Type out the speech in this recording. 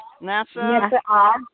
NASA